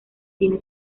tiene